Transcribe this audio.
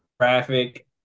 traffic